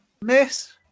Miss